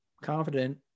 confident